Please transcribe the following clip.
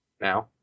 now